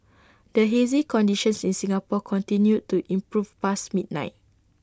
the hazy conditions in Singapore continued to improve past midnight